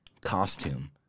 costume